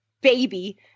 baby